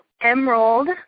Emerald